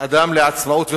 אדם לעצמאות וחופש,